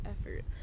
effort